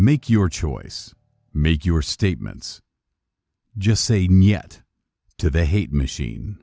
make your choice make your statements just say nyet to the hate machine